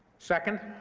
second,